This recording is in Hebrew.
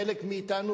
חלק מאתנו,